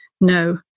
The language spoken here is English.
No